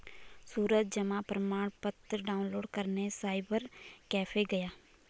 सूरज जमा प्रमाण पत्र डाउनलोड करने साइबर कैफे गया